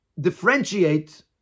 differentiate